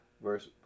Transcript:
Verse